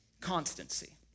constancy